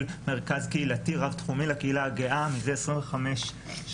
מרכז קהילתי רב תחומי לקהילה הגאה מזה 25 שנים.